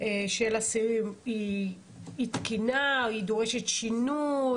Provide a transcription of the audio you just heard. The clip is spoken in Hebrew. של אסירים היא תקינה, היא דורשת שינוי?